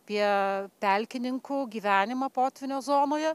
jie telkininkų gyvenimą potvynio zonoje